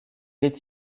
est